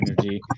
energy